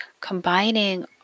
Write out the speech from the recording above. combining